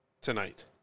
tonight